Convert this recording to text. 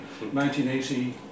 1980